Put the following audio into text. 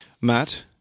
Matt